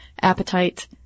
appetite